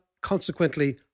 Consequently